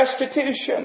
restitution